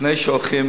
לפני שהולכים